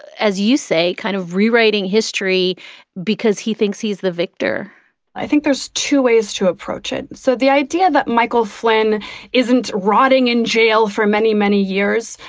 as you say, kind of rewriting history because he thinks he's the victor i think there's two ways to approach it. so the idea that michael flynn isn't rotting in jail for many, many years,